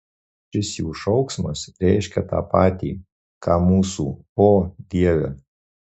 šis jų šauksmas reiškia tą patį ką mūsų o dieve